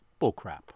Bullcrap